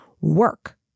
work